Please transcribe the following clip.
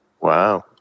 Wow